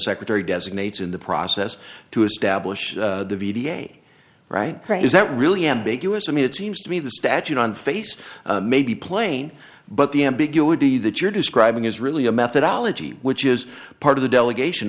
secretary designates in the process to establish the d d a right is that really ambiguous i mean it seems to me the statute on face may be plain but the ambiguity that you're describing is really a methodology which is part of the delegation